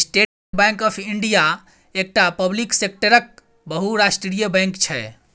state Bank of India एकटा public सेक्टरक बहुराष्ट्रीय बैंक छै